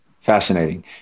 Fascinating